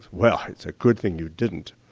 well, it's a good thing you didn't,